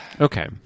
Okay